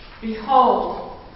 Behold